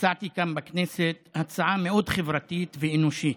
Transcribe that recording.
הצעתי כאן בכנסת הצעה מאוד חברתית ואנושית,